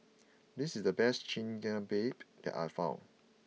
this is the best Chigenabe that I found